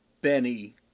Benny